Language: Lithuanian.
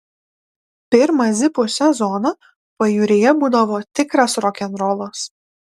pirmą zipų sezoną pajūryje būdavo tikras rokenrolas